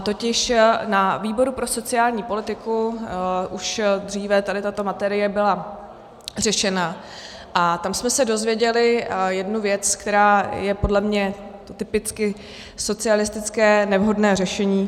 Totiž na výboru pro sociální politiku už dříve tato matérie byla řešena a tam jsme se dověděli jednu věc, která je podle mě typicky socialistické, nevhodné řešení.